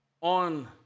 on